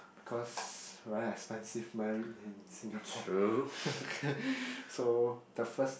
because very expensive married in Singapore so the first